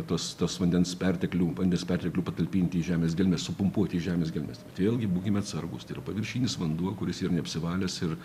tas tas vandens perteklių vandens perteklių patalpinti į žemės gelmes supumpuoti į žemės gelmes bet vėlgi būkime atsargūs tai yra paviršinis vanduo kuris yra neapsivalęs ir